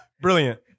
Brilliant